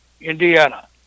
Indiana